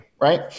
Right